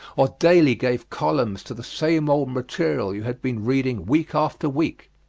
or daily gave columns to the same old material you had been reading week after week?